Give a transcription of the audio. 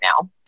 now